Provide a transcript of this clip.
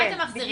מה אתם מחזירים?